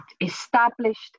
established